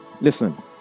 Listen